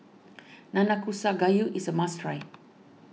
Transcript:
Nanakusa Gayu is a must try